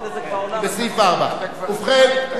לסעיף 4. ובכן,